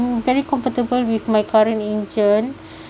very comfortable with my currently agent